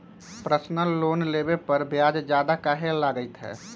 Personal loan लेबे पर ब्याज ज्यादा काहे लागईत है?